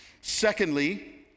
Secondly